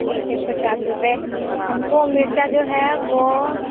ठीक है पचास रुपये हम को मिर्च जो है वो